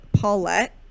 paulette